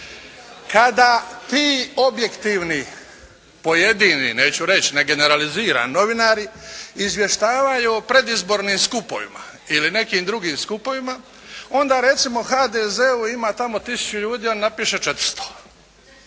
Kada ti objektivni pojedini, neću reći, ne generaliziram, novinari izvještavaju o predizbornim skupovima ili nekim drugim skupovima, onda recimo u HDZ-u ima tamo tisuću ljudi, on napiše 400,